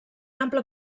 ample